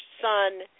son